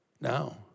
now